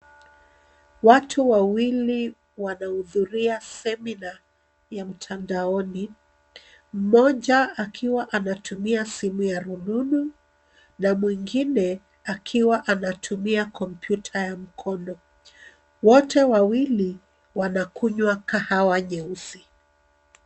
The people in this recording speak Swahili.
Watu wawili wanahudhuria seminar ya mtandaoni, mmoja akiwa anatumia simu ya rununu na mwingine akiwa anatumia kompyuta ya mkono. Wote wawili wanakunywa kahawa nyeusi.